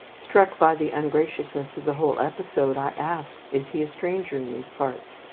struck by the ungraciousness of the whole episode, i asked, is he a stranger in these parts?